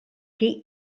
que